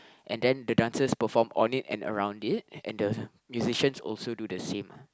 and then the dancers perform on it and around it and the musicians also do the same